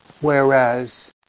Whereas